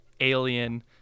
alien